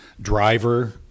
driver